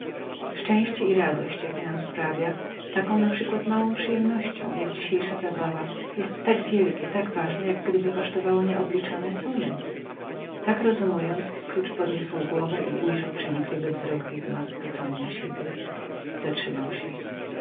szczęście i radość jakie nam sprawia taką np małą przyjemnością jak dzisiejsza zabawa jest tak wielkie tak ważne jak gdyby kosztowało nieobliczone sumy tak rozumując scrooge podniósł głowę i ujrzał przenikliwy wzrok widma zwrócony na siebie zatrzymał się